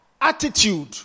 attitude